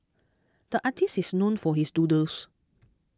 the artist is known for his doodles